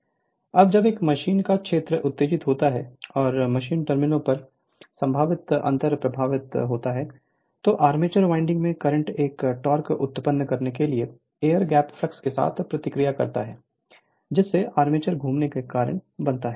Refer Slide Time 0050 अब जब एक मशीन का क्षेत्र उत्तेजित होता है और मशीन टर्मिनलों पर संभावित अंतर प्रभावित होता है तो आर्मेचर वाइंडिंग में करंट एक टॉर्क उत्पन्न करने के लिए एयर गैप फ्लक्स के साथ प्रतिक्रिया करता है जिससे आर्मेचर घूमने का कारण बनता है